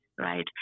right